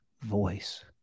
voice